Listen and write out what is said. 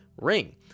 Ring